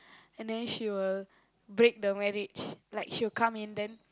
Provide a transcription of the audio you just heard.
and then she will break the marriage like she'll come in then